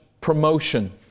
promotion